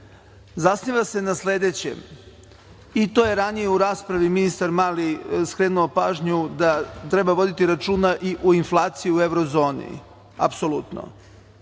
zasniva se na sledećem, i na to je ranije u raspravi ministar Mali skrenuo pažnju da treba voditi računa i o inflaciji u Evrozoni, apsolutno.